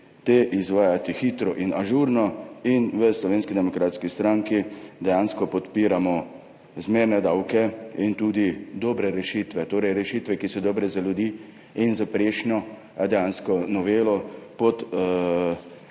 te izvajati hitro in ažurno. V Slovenski demokratski stranki dejansko podpiramo zmerne davke in tudi dobre rešitve, torej rešitve, ki so dobre za ljudi. S prejšnjo novelo pod